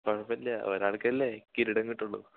കുഴപ്പമില്ല ഒരാൾക്കല്ലേ കിരീടം കിട്ടുള്ളു